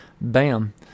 bam